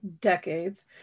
decades